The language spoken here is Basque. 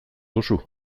duzu